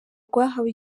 rwahawe